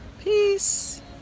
Peace